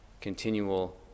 continual